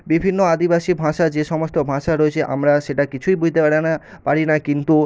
বিভিন্ন আদিবাসী ভাষা যে সমস্ত ভাষা রয়েছে আমরা সেটা কিছুই বুঝতে পারি না পারি না কিন্তু